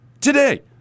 Today